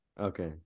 Okay